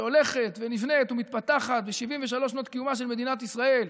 שהולכת ונבנית ומתפתחת ב-73 שנות קיומה של מדינת ישראל,